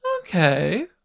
Okay